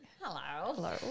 Hello